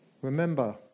Remember